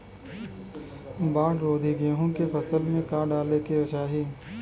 बाढ़ रोधी गेहूँ के फसल में का डाले के चाही?